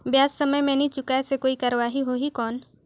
ब्याज समय मे नी चुकाय से कोई कार्रवाही होही कौन?